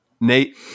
Nate